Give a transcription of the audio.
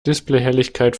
displayhelligkeit